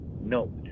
no